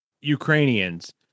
Ukrainians